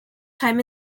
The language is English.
time